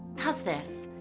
how's this?